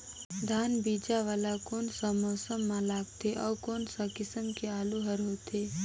धान बीजा वाला कोन सा मौसम म लगथे अउ कोन सा किसम के आलू हर होथे?